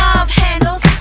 love-handles!